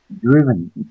driven